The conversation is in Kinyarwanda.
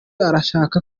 arashaka